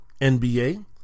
NBA